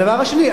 הדבר השני,